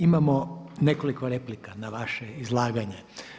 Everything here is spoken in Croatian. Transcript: Imamo nekoliko replika na vaše izlaganje.